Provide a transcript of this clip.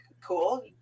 cool